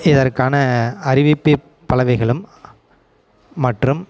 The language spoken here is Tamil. இதற்கான அறிவிப்பு பலகைகளும் மற்றும்